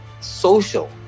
social